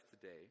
today